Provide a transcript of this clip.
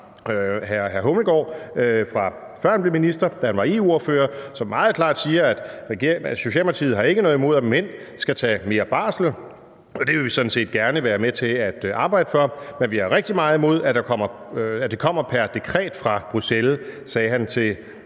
Peter Hummelgaard, fra før han blev minister, da han var EU-ordfører, som meget klart siger: »Vi har ikke noget imod, at mænd skal tage mere barsel, og det vil vi sådan set gerne være med til at arbejde for. Men vi har rigtigt meget imod, at det kommer per dekret fra Bruxelles.« Det sagde han til